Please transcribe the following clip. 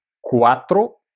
cuatro